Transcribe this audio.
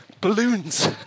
balloons